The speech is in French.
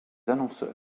annonceurs